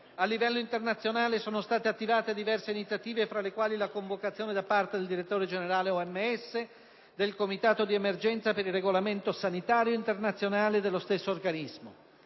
A livello internazionale sono state attivate diverse iniziative, fra le quali la convocazione, da parte del direttore generale dell'OMS, del comitato di emergenza per il regolamento sanitario internazionale dello stesso organismo.